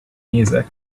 music